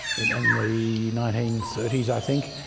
in the nineteen thirty s i think,